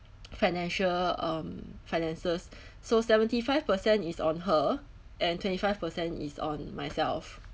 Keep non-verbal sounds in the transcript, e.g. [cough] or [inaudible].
[noise] financial um finances [breath] so seventy five percent is on her and twenty five percent is on myself